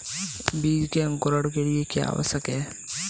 बीज के अंकुरण के लिए क्या आवश्यक है?